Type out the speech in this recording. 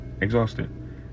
exhausted